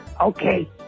Okay